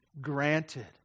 granted